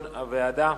כלשון הוועדה.